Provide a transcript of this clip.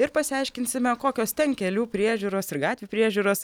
ir pasiaiškinsime kokios ten kelių priežiūros ir gatvių priežiūros